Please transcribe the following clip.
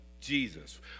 Jesus